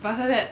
but after that